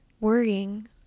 Worrying